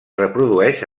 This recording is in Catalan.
reprodueix